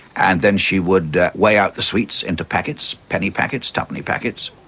and then she would weigh out the sweets into packets, penny packets, twopenny packets.